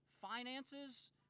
finances